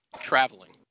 traveling